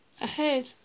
ahead